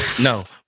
no